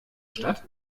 stadt